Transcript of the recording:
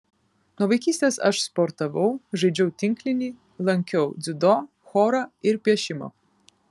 nuo vaikystės aš sportavau žaidžiau tinklinį lankiau dziudo chorą ir piešimą